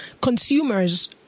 consumers